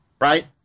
right